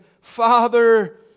Father